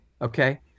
Okay